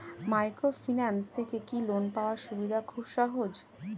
Microfinance থেকে কি loan পাওয়ার সুবিধা খুব সহজ?